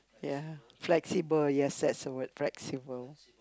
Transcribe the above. ya flexible yes that's the word flexible